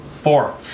four